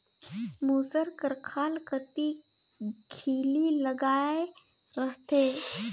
मूसर कर खाल कती खीली लगाए रहथे